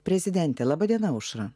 prezidentė laba diena aušra